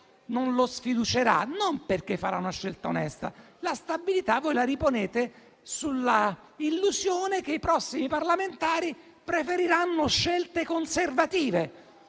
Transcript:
non lo sfiducerà, non perché farà una scelta onesta, ma perché voi riponete la stabilità sulla illusione che i prossimi parlamentari preferiranno scelte conservative.